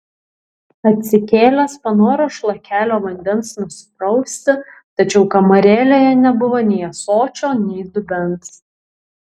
atsikėlęs panoro šlakelio vandens nusiprausti tačiau kamarėlėje nebuvo nei ąsočio nei dubens